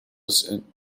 sent